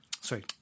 Sorry